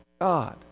God